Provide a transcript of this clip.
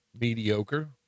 mediocre